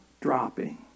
dropping